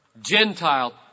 Gentile